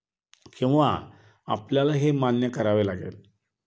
किंवा आपल्याला हे मान्य करावे लागेल